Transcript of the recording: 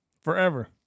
Forever